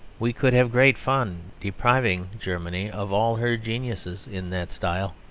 we could have great fun depriving germany of all her geniuses in that style.